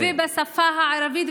ובשפה הערבית,